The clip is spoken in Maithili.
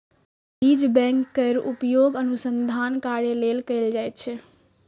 बीज बैंक केर उपयोग अनुसंधान कार्य लेल कैल जाइ छै